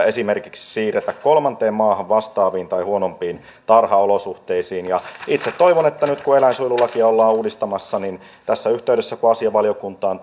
esimerkiksi siirretä kolmanteen maahan vastaaviin tai huonompiin tarhaolosuhteisiin itse toivon että nyt kun eläinsuojelulakia ollaan uudistamassa niin tässä yhteydessä kun asia valiokuntaan